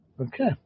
Okay